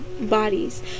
bodies